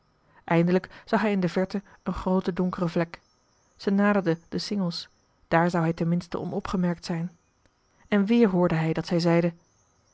eindelijk zag hij in de verte een groote donkere vlek zij naderden de singels daar zou hij ten minste onopgemerkt zijn en weer hoorde hij dat zij zeide